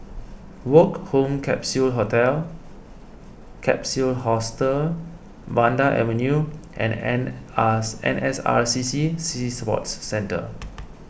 Woke Home Capsule Hotel Capsule Hostel Vanda Avenue and N R N S R C C Sea Sports Centre